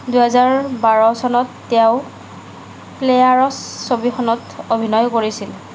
দুহেজাৰ বাৰ চনত তেওঁ প্লেয়াৰ্ছ ছবিখনত অভিনয় কৰিছিল